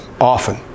often